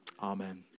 Amen